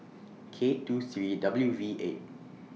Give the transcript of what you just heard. K two three W V eight